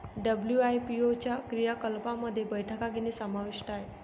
WIPO च्या क्रियाकलापांमध्ये बैठका घेणे समाविष्ट आहे